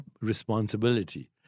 responsibility